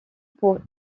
pour